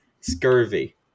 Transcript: scurvy